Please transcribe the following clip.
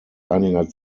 einiger